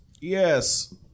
Yes